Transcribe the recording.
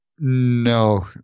No